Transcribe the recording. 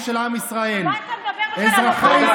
פשוט תתבייש.